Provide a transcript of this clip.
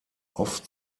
oft